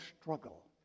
struggle